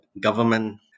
government